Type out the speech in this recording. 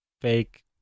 fake